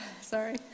Sorry